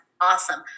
awesome